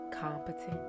competent